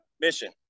mission